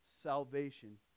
salvation